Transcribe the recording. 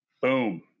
Boom